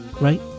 Right